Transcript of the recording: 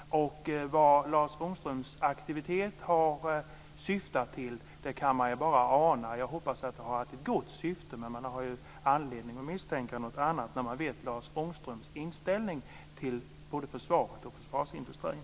Vad Lars Ångströms aktivitet har syftat till kan man bara ana. Jag hoppas att den har haft ett gott syfte, men man har anledning att misstänka något annat när man vet Lars Ångströms inställning till försvaret och försvarsindustrin.